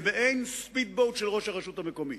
זה מעין speed boat של ראש הרשות המקומית.